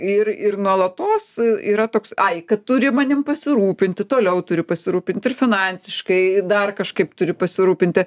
ir ir nuolatos yra toks ai kad turi manim pasirūpinti toliau turi pasirūpint ir finansiškai dar kažkaip turi pasirūpinti